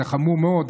וזה חמור מאוד.